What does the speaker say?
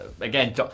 again